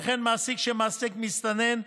וכן מעסיק שמעסיק מסתנן,